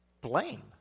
blame